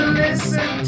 listen